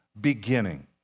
beginning